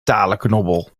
talenknobbel